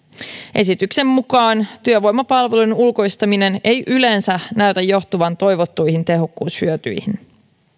esityksen mukaan työvoimapalvelujen ulkoistaminen ei yleensä näytä johtavan toivottuihin tehokkuushyötyihin